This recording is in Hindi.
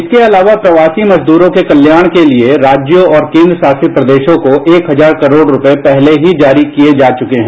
इसके अलावा प्रवासी मजदूरों के कल्याण के लिए राज्यों और केंद्र शासित प्रदेशों को एक हजार करोड़ रूपये पहले ही जारी किये जा चुके हैं